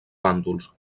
bàndols